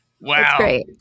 Wow